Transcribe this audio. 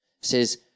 says